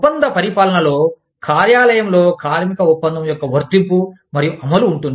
ఒప్పంద పరిపాలనలో కార్యాలయంలో కార్మిక ఒప్పందం యొక్క వర్తింపు మరియు అమలు ఉంటుంది